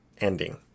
ending